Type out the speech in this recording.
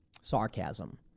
sarcasm